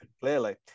Clearly